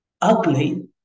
ugly